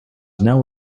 now